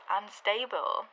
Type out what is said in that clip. unstable